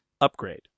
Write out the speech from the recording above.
upgrade